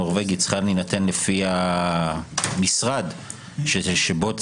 צריכה להינתן לפי המשרד שבו צריך,